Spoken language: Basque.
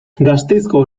gasteizko